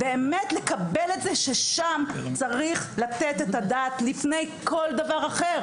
לקבל את זה ששם צריך לתת את הדעת לפני כל דבר אחר.